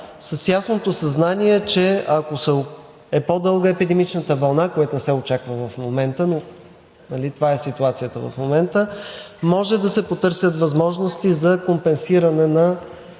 с ясното съзнание, че ако е по-дълга епидемичната вълна, което не се очаква в момента, но нали това е ситуацията – може да се потърсят възможности за компенсиране на